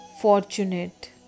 fortunate